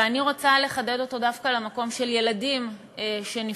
ואני רוצה לחדד אותו דווקא למקום של ילדים שנפגעים,